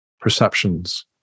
perceptions